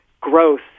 growth